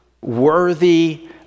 worthy